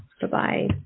Bye-bye